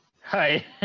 Hi